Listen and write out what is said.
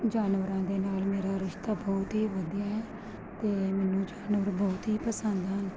ਜਾਨਵਰਾਂ ਦੇ ਨਾਲ ਮੇਰਾ ਰਿਸ਼ਤਾ ਬਹੁਤ ਹੀ ਵਧੀਆ ਹੈ ਅਤੇ ਮੈਨੂੰ ਜਾਨਵਰ ਬਹੁਤ ਹੀ ਪਸੰਦ ਹਨ